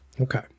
Okay